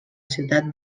ciutat